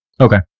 Okay